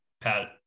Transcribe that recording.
Pat